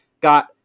got